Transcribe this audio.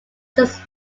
just